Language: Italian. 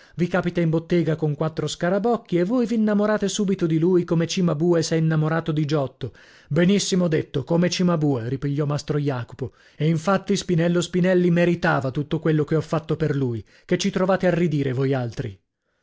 vi capita in bottega con quattro scarabocchi e voi v'innamorate subito di lui come cimabue s'è innamorato di giotto benissimo detto come cimabue ripigliò mastro jacopo infatti spinello spinelli meritava tutto quello che ho fatto per lui che ci trovate a ridire voi altri